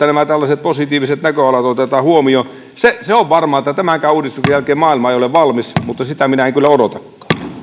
nämä tällaiset positiiviset näköalat otetaan huomioon se se on varmaa että tämänkään uudistuksen jälkeen maailma ei ole valmis mutta sitä minä en kyllä odotakaan